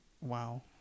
wow